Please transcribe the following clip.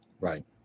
Right